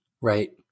Right